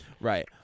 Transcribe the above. Right